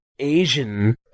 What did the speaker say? asian